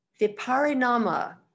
viparinama